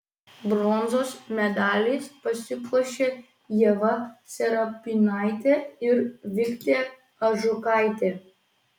bronzos medaliais pasipuošė ieva serapinaitė ir viktė ažukaitė